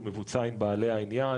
הוא מבוצע עם בעלי העניין,